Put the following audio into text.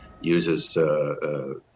uses